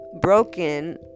broken